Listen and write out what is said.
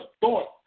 thought